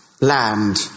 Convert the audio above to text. land